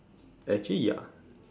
actually ya